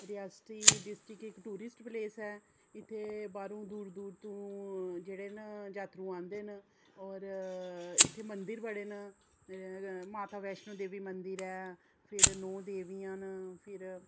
Reasi district इक tourist place ऐ इत्थै बाह्रूं दूर दूर दा यात्रू जेह्ड़े न औंदे न और इत्थै मंदर बड़े न ते कन्नै माता वैश्नो देबी मंदर ऐ फिर नौ देवियां न फिर